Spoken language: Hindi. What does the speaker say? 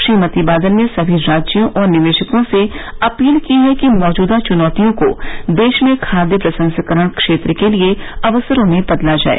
श्रीमती बादल ने सभी राज्यों और निवेशकों से अपील की है कि मौजूदा चुनौतियों को देश में खाद्य प्रसंस्करण क्षेत्र के लिए अवसरों में बदला जाए